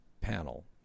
panel